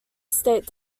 estate